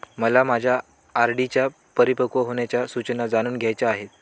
मला माझ्या आर.डी च्या परिपक्व होण्याच्या सूचना जाणून घ्यायच्या आहेत